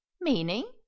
meaning